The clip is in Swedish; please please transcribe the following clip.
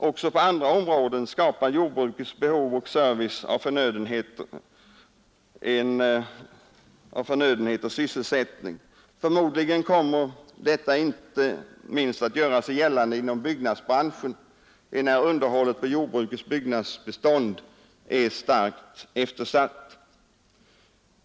Också på andra områden skapar jordbrukets behov av service och förnödenheter sysselsättning. Förmodligen kommer detta att göra sig gällande inte minst inom byggnadsbranschen, enär underhället av jordbrukets byggnadsbeständ är starkt eftersatt.